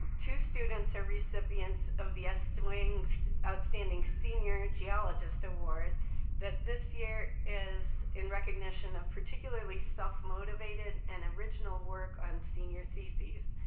two students are recipient of the estwing outstanding senior geologist award that this year is in recognition of particularly self-motivated and original work on senior theses.